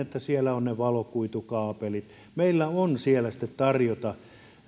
että siellä on ne valokuitukaapelit meillä on siellä sitten tarjota